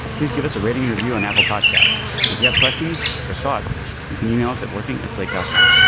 please give us a rating interview and apple podcasts. and if you have questions or thoughts you can e-mail us at working it's like dot com.